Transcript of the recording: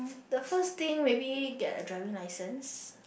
the first thing maybe get a driving license